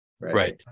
Right